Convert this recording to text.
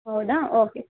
ಹೌದಾ ಓಕೆ